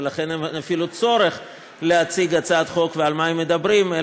ולכן אין אפילו צורך להציג הצעת חוק ועל מה היא מדברת,